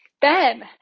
Ben